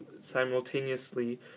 simultaneously